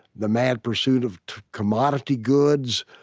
the mad pursuit of commodity goods,